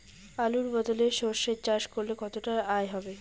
আলুর বদলে সরষে চাষ করলে কতটা আয় হবে?